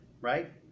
right